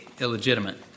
illegitimate